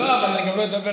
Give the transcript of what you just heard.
אני מוציא דף ועט לסכם.